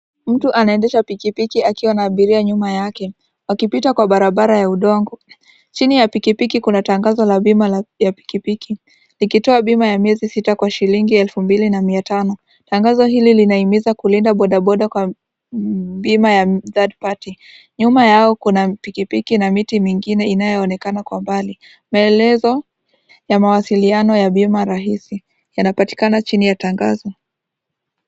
Mtu anaendesha pikipiki akiwa na abiria nyuma yake wakipita kwa barabara ya udongo. Chini ya pikipiki kuna tangazo la bima la pikipiki likitoa bima ya miezi sita kwa shilingi elfu mbili na mia tano. Tangazo hili linahimiza kulinda bodaboda kwa bima ya third party . Nyuma yao kuna pikipiki na miti mingine inayoonekana kwa mbali. Maelezo ya mawasiliano ya bima rahisi yanapatikana chini ya tangazo.